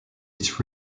its